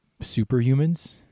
superhumans